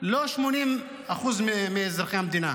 לא 80% מאזרחי המדינה.